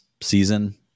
season